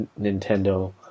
Nintendo